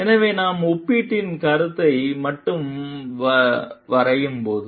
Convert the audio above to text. எனவே நாம் ஒப்பீட்டின் சுருக்கத்தை மட்டும் வரையும்போது